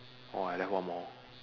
orh I left one more